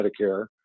Medicare